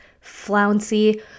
flouncy